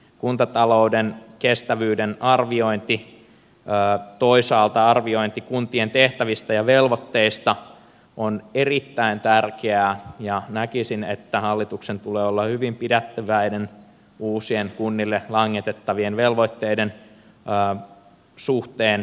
kuntatalouden kestävyyden arviointi toisaalta arviointi kuntien tehtävistä ja velvoitteista on erittäin tärkeää ja näkisin että hallituksen tulee olla hyvin pidättyväinen uusien kunnille langetettavien velvoitteiden suhteen